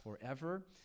forever